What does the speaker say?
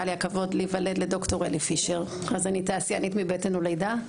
היה לי הכבוד להיוולד לד"ר אלי פישר אז אני תעשיינית מבטן ומלידה.